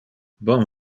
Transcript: bon